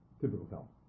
Typical